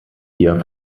ihr